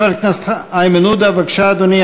חבר הכנסת איימן עודה, בבקשה, אדוני.